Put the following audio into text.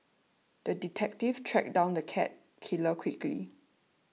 the detective tracked down the cat killer quickly